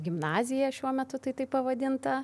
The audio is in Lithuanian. gimnaziją šiuo metu tai taip pavadinta